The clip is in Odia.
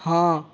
ହଁ